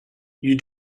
you